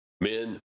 men